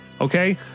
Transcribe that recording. Okay